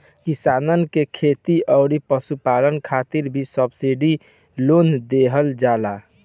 किसानन के खेती अउरी पशुपालन खातिर भी सब्सिडी लोन देहल जाला